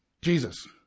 Jesus